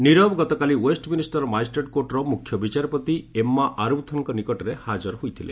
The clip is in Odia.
ନୀରବ ଗତକାଲି ଓ୍ୱେଷ୍ଟ ମିନିଷ୍ଟର ମାଜିଷ୍ଟେଟ କୋର୍ଟର ମୁଖ୍ୟ ବିଚାରପତି ଏମ୍ମା ଆରବୁଥନଙ୍କ ନିକଟରେ ହାଜର ହୋଇଥିଲେ